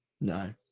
no